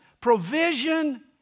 provision